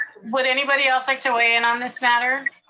would anybody else like to weigh in on this matter?